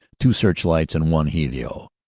two searchlights and one helio,